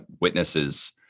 witnesses